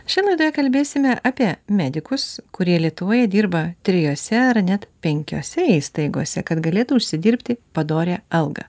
šioje laidoje kalbėsime apie medikus kurie lietuvoje dirba trijose ar net penkiose įstaigose kad galėtų užsidirbti padorią algą